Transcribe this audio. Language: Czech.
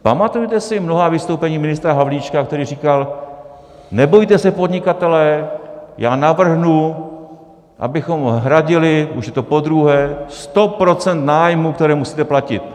Pamatujete si mnohá vystoupení ministra Havlíčka, který říkal: nebojte se, podnikatelé, já navrhnu, abychom hradili, už je to podruhé, sto procent nájmů, které musíte platit.